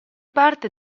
parte